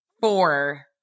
four